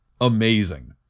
amazing